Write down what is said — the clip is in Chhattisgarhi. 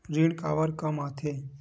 ऋण काबर कम आथे?